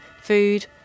food